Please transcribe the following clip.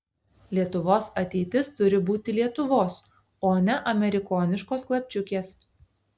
lietuvos ateitis turi būti lietuvos o ne amerikoniškos klapčiukės